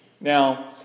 Now